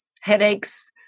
headaches